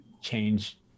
change